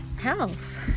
Health